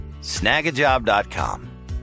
Snagajob.com